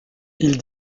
ils